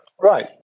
Right